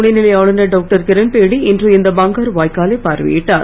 துணைநிலை ஆளுநர் டாக்டர் கிரண்பேடி இன்று இந்த பங்காரு வாய்க்காலை பார்வையிட்டார்